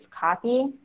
copy